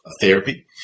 therapy